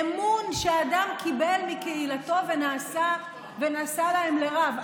אמון שאדם קיבל מקהילתו ונעשה להם לרב.